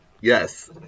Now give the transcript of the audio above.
Yes